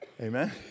Amen